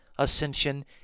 Ascension